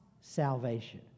salvation